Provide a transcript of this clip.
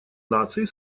наций